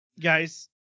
guys